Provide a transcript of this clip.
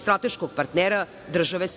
strateškog partnera države